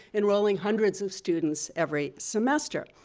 enrolling hundreds of students every semester.